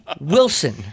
Wilson